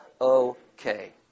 okay